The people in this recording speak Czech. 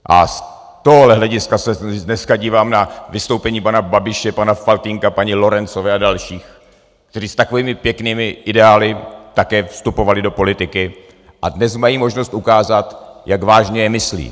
A z tohohle hlediska se dneska dívám na vystoupení paní Babiše, pana Faltýnka, paní Lorencové a dalších, kteří s takovými pěknými ideály také vstupovali do politiky a dnes mají možnost ukázat, jak vážně je myslí.